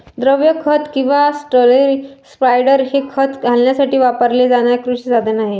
द्रव खत किंवा स्लरी स्पायडर हे खत घालण्यासाठी वापरले जाणारे कृषी साधन आहे